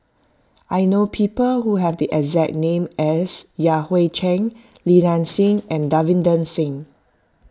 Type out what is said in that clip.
I know people who have the exact name as Yan Hui Chang Li Nanxing and Davinder Singh